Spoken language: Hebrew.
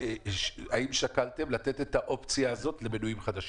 האם שקלתם לתת את האופציה הזאת למנויים חדשים?